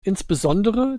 insbesondere